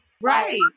right